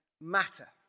matter